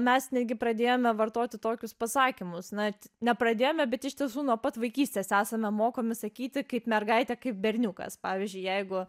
mes netgi pradėjome vartoti tokius pasakymus na nepradėjome bet iš tiesų nuo pat vaikystės esame mokomi sakyti kaip mergaitė kaip berniukas pavyzdžiui jeigu